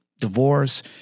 divorce